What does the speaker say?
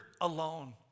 alone